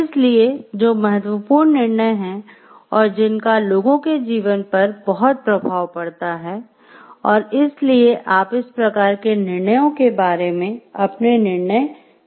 इसलिए जो महत्वपूर्ण निर्णय हैं और जिनका लोगों के जीवन पर बहुत प्रभाव पड़ता है और इसलिए आप इस प्रकार के निर्णयों के बारे में अपने निर्णय करना चाहते हैं